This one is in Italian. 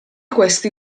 questi